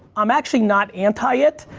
i'm actually not anti it,